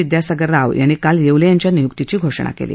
विद्यासागर राव यांनी काल येवले यांच्या निय्क्तीची घोषणा केली